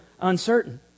uncertain